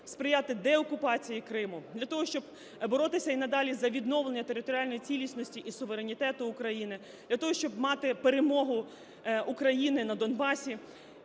сприятидеокупації Криму; для того, щоб боротися і надалі за відновлення територіальної цілісності і суверенітету України; для того, щоб мати перемогу України на Донбасі,